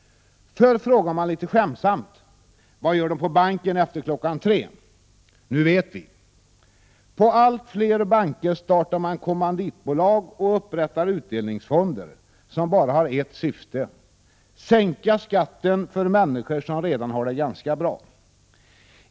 Förr frågade man litet skämtsamt: Vad gör de på banken efter kl. 3? Nu vet vi det. På allt fler banker startar man kommanditbolag och upprättar utdelningsfonder som bara har ett syfte, nämligen att sänka skatten för människor som redan har det ganska bra.